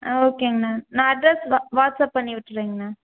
ஆ ஓகேங்கண்ணா நான் அட்ரஸ் வா வாட்ஸ்அப் பண்ணி விட்டுறங்கண்ணா